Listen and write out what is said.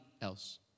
else